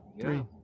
Three